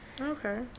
Okay